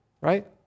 right